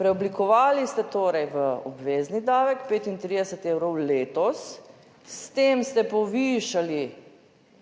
Preoblikovali ste torej v obvezni davek, 35 evrov letos, s tem ste povišali